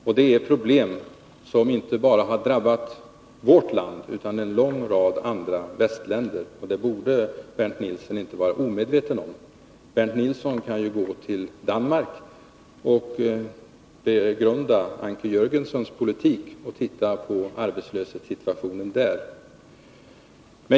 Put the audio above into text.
Detta är problem som drabbat inte bara vårt land, utan också en lång rad andra västländer, och det borde Bernt Nilsson inte vara omedveten om. Bernt Nilsson kan ju gå till Danmark och begrunda Anker Jörgensens politik och titta på arbetslöshetssituationen där.